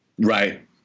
Right